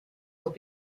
will